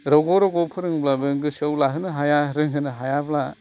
रग' रग' फोरोंसेयावबो गोसोआव लाहोनो हाया रोंहोनो हायाब्ला